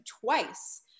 twice